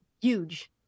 huge